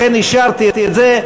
לכן אישרתי את זה.